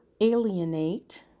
alienate